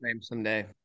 someday